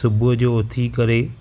सुबुह जो उथी करे